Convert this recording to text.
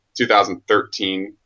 2013